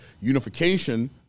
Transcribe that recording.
Unification